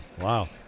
Wow